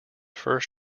first